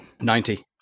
Ninety